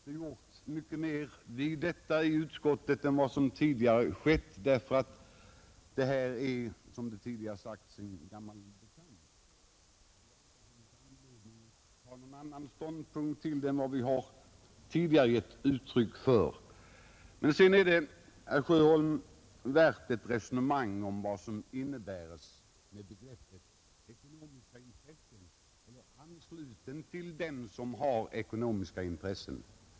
Utskottet har inte gjort mycket åt denna motion utöver den behandling som förekommit tidigare år — detta är som sagt en gammal bekant, och vi har inte funnit anledning att inta någon annan ståndpunkt än den vi tidigare gett uttryck för. Det är emellertid, herr Sjöholm, värt att föra ett resonemang om vad som ligger i begreppen ”ekonomiska intressen” och ”anknuten” till den som har ekonomiska intressen.